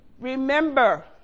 Remember